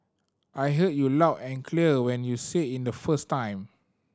I heard you loud and clear when you said in the first time